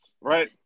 right